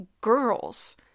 girls